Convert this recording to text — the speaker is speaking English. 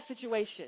situation